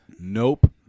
Nope